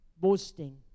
boasting